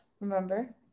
remember